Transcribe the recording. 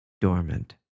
dormant